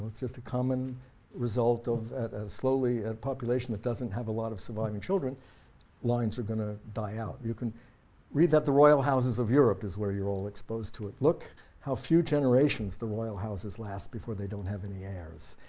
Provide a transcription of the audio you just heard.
just a common result of a population that doesn't have a lot of surviving children lines are going to die out. you can read that the royal houses of europe is where you're all exposed to it. look how few generations the royal houses last before they don't have any heirs,